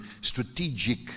strategic